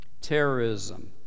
Terrorism